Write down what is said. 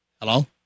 Hello